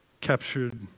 captured